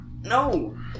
no